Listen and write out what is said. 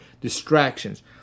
distractions